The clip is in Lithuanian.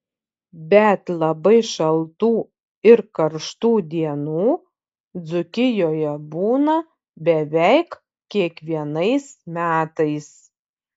bet labai šaltų ir karštų dienų dzūkijoje būna beveik kiekvienais metais